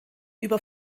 über